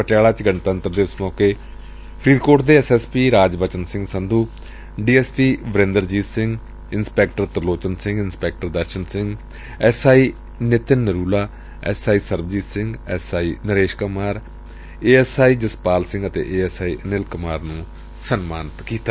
ਪਟਿਆਲਾ ਚ ਗਣਤੰਤਰ ਦਿਵਸ ਮੌਕੇ ਫਰੀਦਕੋਟ ਦੇ S S P Rajbachan Singh Sandhu D S P Varinderjit Singh inspector Trilochan Singh inspector Darshan Singh S I Nitin Narula S I Sarabjit Singh A S I Jaspal Singh ਅਤੇ ਅਨਿਲ ਕੁਮਾਰ ਨੂੰ ਸਨਮਾਨਿਤ ਕੀਤਾ